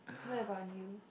what about you